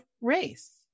race